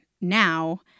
now